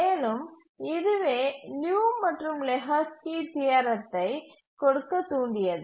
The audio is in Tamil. மேலும் இதுவே லியு மற்றும் லெஹோஸ்கி தியரத்தை கொடுக்க தூண்டியது